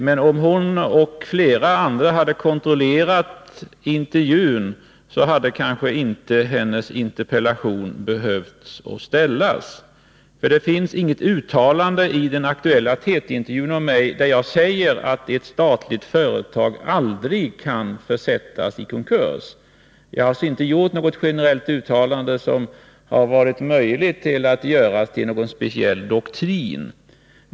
Men om hon hade kontrollerat intervjun hade kanske hennes interpellation inte behövt ställas. Det finns inget generellt uttalande av mig i den aktuella TT-intervjun där jag säger att ett statligt företag aldrig kan försättas i konkurs. Jag har inte gjort något sådant generellt uttalande, som det varit möjligt att göra till en speciell doktrin.